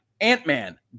Ant-Man